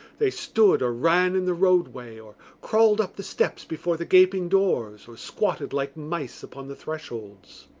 they stood or ran in the roadway or crawled up the steps before the gaping doors or squatted like mice upon the thresholds.